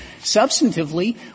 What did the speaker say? substantively